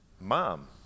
Mom